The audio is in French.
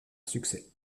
succès